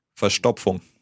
Verstopfung